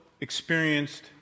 experienced